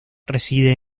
reside